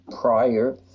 prior